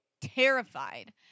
terrified